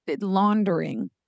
laundering